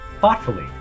thoughtfully